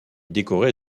décoré